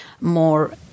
more